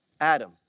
Adam